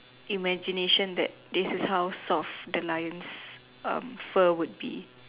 imagination that this is how soft a lion would be